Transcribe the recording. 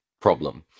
problem